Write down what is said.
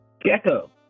Gecko